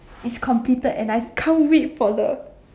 it's completed and I can't wait for the